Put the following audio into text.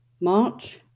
March